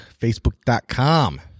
facebook.com